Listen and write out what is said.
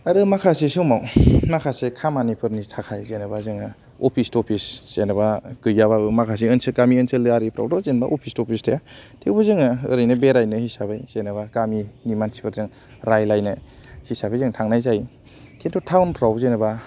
आरो माखासे समाव माखासे खामानिफोरनि थाखाय जेन'बा जोङो अफिस टफिस जेन'बा गैयाबाबो माखासे ओनसो गामि ओनसोल आरिफ्रावथ' अफिस टफिस थाया थेवबो जोङो ओरैनो बेरायनो हिसाबै जेनेबा गामिनि मानसिफोरजों रायलायनो हिसाबै जों थांनाय जायो किन्तु टाउनफ्राव जेनेबा